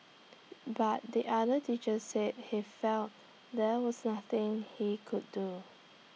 but the other teacher said he felt there was nothing he could do